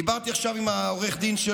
דיברתי עכשיו עם עורך הדין,